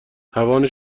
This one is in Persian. توان